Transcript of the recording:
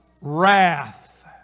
wrath